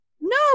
No